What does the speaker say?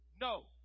No